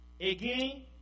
again